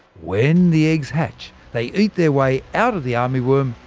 when the eggs hatch, they eat their way out of the armyworm,